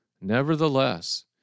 Nevertheless